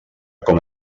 com